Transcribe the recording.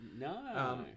No